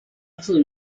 来自